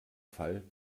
fall